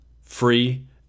free